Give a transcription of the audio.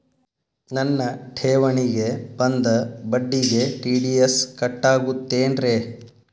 ನನ್ನ ಠೇವಣಿಗೆ ಬಂದ ಬಡ್ಡಿಗೆ ಟಿ.ಡಿ.ಎಸ್ ಕಟ್ಟಾಗುತ್ತೇನ್ರೇ?